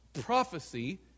Prophecy